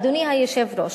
אדוני היושב-ראש,